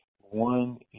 One